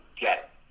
get